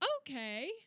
Okay